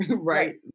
right